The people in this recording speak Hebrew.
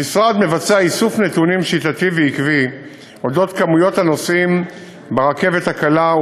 המשרד מבצע איסוף נתונים שיטתי ועקבי על כמויות הנוסעים ברכבת הקלה,